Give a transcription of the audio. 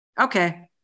Okay